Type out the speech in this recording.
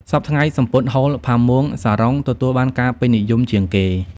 សព្វថ្ងៃសំពត់ហូល ផាមួង សារុង ទទួលបានការពេញនិយមជាងគេ។